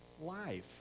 Life